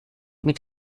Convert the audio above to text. mit